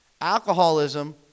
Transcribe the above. Alcoholism